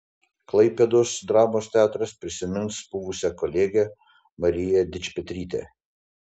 klaipėdos dramos teatras prisimins buvusią kolegę mariją dičpetrytę